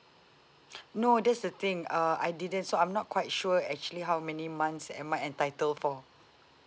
no that's the thing uh I didn't so I'm not quite sure actually how many months am I entitle for